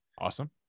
Awesome